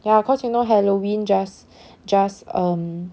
ya cause you know halloween just just um